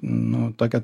nu tokia